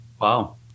Wow